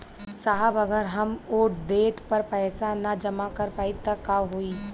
साहब अगर हम ओ देट पर पैसाना जमा कर पाइब त का होइ?